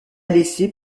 laissé